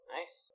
Nice